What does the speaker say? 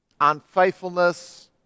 unfaithfulness